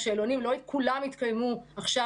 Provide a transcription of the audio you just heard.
ולא כל השאלונים התקיימו עכשיו,